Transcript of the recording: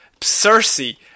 Cersei